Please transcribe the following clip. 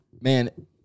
man